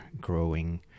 growing